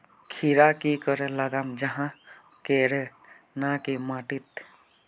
खीरा की करे लगाम जाहाँ करे ना की माटी त?